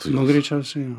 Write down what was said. nu greičiausiai jo